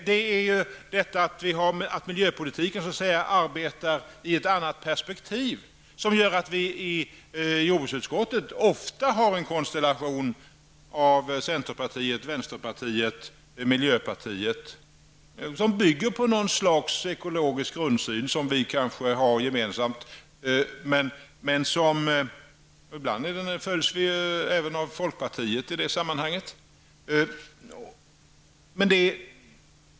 Det är detta att miljöpolitiken arbetar i ett annat perspektiv som gör att vi i jordbruksutskottet ofta har en konstellation av centerpartiet, vänsterpartiet och miljöpartiet som bygger på något slags ekologisk grundsyn som vi kanske har gemensam. Ibland följs vi även av folkpartiet i det sammanhanget.